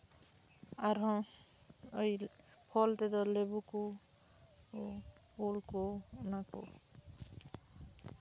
ᱟᱨᱦᱚᱸ ᱯᱷᱚᱞ ᱛᱮᱫᱚ ᱞᱤᱵᱩ ᱠᱚ ᱩᱞ ᱠᱚ ᱚᱱᱟ ᱠᱚ